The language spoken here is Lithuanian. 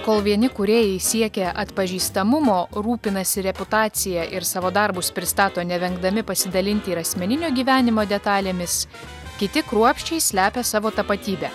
kol vieni kūrėjai siekia atpažįstamumo rūpinasi reputacija ir savo darbus pristato nevengdami pasidalinti ir asmeninio gyvenimo detalėmis kiti kruopščiai slepia savo tapatybę